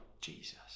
Jesus